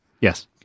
Yes